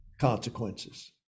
consequences